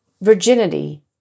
Virginity